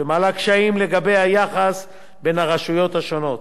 שמעלה קשיים לגבי היחס בין הרשויות השונות.